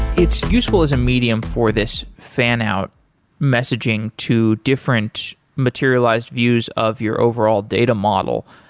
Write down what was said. it's useful as a medium for this fan out messaging to different materialized views of your overall data model,